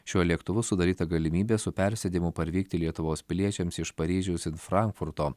šiuo lėktuvu sudaryta galimybė su persėdimu parvykti lietuvos piliečiams iš paryžiaus ir frankfurto